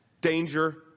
danger